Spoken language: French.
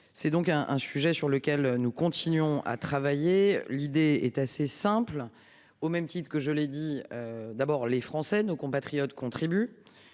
C'est donc un, un sujet sur lequel nous continuons à travailler. L'idée est assez simple, au même titre que je l'ai dit. D'abord les Français nos compatriotes contribue.